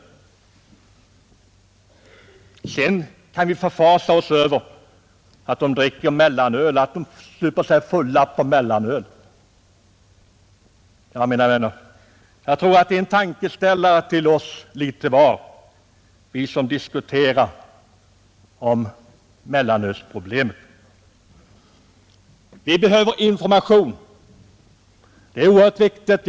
Sedan förfasar vi oss över att ungdomarna super sig fulla. Jag tror att det är en tankeställare för oss som angriper mellanölet. Hur är det beställt med oss själva? Vad gör vi personligen för att lära ungdomen låta bli bruket av mellanöl.